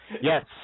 Yes